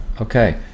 Okay